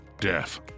death